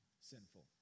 sinful